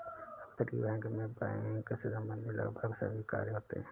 अपतटीय बैंक मैं बैंक से संबंधित लगभग सभी कार्य होते हैं